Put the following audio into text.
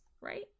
right